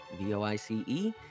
V-O-I-C-E